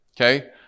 okay